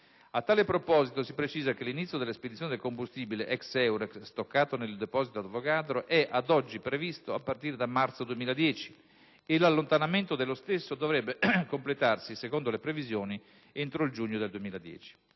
A tal proposito, si precisa che l'inizio delle spedizioni del combustibile ex Eurex, stoccato nel deposito Avogadro è, ad oggi, previsto a partire da marzo 2010 e l'allontanamento dello stesso dovrebbe completarsi, secondo le previsioni, entro giugno 2010.